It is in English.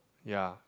ya